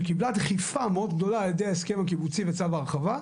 שקיבלה דחיפה מאוד גדולה על ידי ההסכם הקיבוצי וצו ההרחבה,